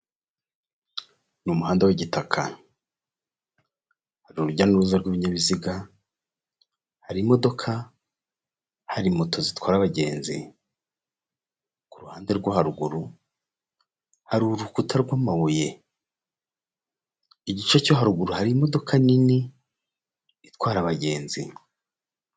Ni umuhanda w'igitaka. Hari urujya n'uruza rw'ibinyabiziga, hari imodoka, hari moto zitwara abagenzi. Ku ruhande rwo haruguru, hari urukuta rw'amabuye. Igice cyo haruguru hari imodoka nini itwara abagenzi.